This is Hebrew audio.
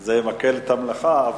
זה מקל על המלאכה.